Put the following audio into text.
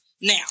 now